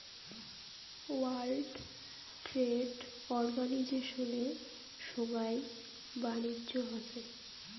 world trade অর্গানিজশনে সোগাই বাণিজ্য হসে